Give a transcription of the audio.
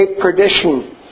perdition